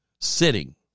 sitting